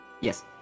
Yes